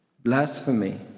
Blasphemy